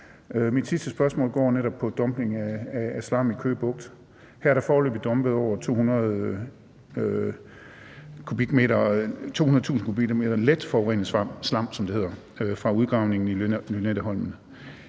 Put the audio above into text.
Mit sidste spørgsmål går netop på dumpning af slam i Køge Bugt. Her er der foreløbig dumpet over 200.000 m³ let forurenet slam, som det hedder, fra udgravningen af Lynetteholmen.